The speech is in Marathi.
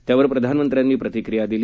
त्यावर प्रधानमंत्र्यांनी प्रतिक्रिया दिली